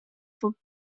for